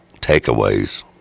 takeaways